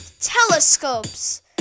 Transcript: Telescopes